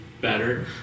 better